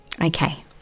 Okay